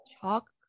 Chalk